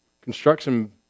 Construction